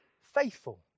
faithful